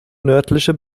nördliche